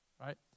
Right